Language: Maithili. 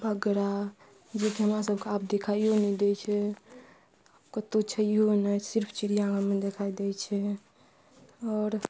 बगड़ा जेकि हमरा सबके आब देखाइयो नहि दै छै कतौ छै नहि सिर्फ चिड़िआमे देखाइ दै छै आओर